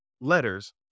letters